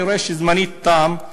אני רואה שזמני תם,